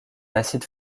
acide